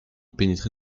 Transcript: pénétrer